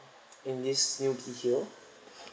in this new B_T_O